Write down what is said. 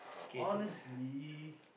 honestly